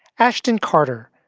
ashton carter,